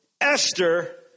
Esther